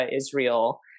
Israel